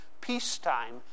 peacetime